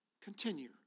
Continue